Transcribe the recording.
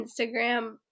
Instagram